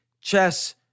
Chess